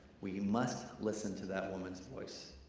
we must listen to that woman's voice.